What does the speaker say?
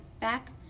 back